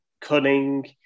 cunning